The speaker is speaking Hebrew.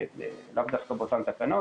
לאו דווקא באותן תקנות